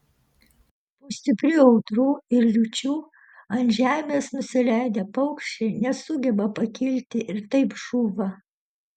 po stiprių audrų ir liūčių ant žemės nusileidę paukščiai nesugeba pakilti ir taip žūva